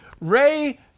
Ray